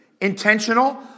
intentional